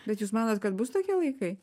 bet jūs manot kad bus tokie laikai